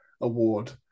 award